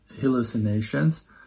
hallucinations